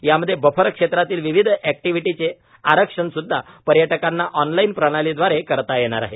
यामध्ये बफर क्षेत्रातील विविध ऍक्टिव्हिटीचे आरक्षण सुद्धा पर्यटकांना ऑनलाईन प्रणालीद्वारे करता येणार आहे